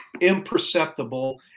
imperceptible